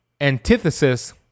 antithesis